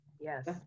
Yes